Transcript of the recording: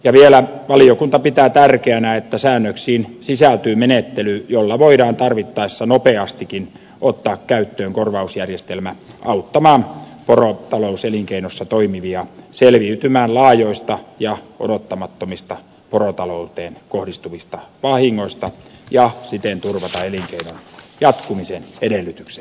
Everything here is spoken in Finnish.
ja vielä valiokunta pitää tärkeänä että säännöksiin sisältyy menettely jolla voidaan tarvittaessa nopeastikin ottaa käyttöön korvausjärjestelmä auttamaan porotalouselinkeinossa toimivia selviytymään laajoista ja odottamattomista porotalouteen kohdistuvista vahingoista ja siten turvata elinkeinon jatkumisen edellytykset